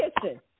kitchen